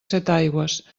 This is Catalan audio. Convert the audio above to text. setaigües